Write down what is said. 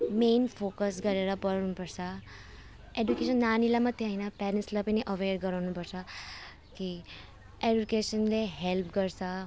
main focus गरेर बढाउनुपर्छ education नानीलाई मात्रै होइन प्यारेन्ट्सलाई पनि अवेर गराउनुपर्छ कि एडुकेसनले हेल्प गर्छ